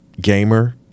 gamer